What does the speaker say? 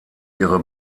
ihre